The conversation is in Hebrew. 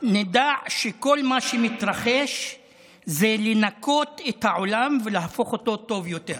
"נדע שכל מה שמתרחש זה לנקות את העולם ולהפוך אותו לטוב יותר."